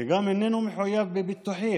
וגם איננו מחויב בביטוחים,